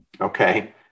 Okay